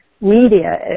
media